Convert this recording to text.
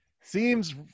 seems